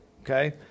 Okay